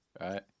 right